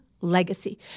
legacy